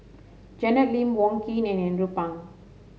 Janet Lim Wong Keen and Andrew Phang